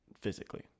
physically